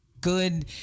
good